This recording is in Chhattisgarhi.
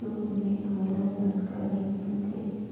जुग में घलो जानकारी मिलथे